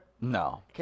No